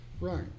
Right